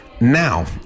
now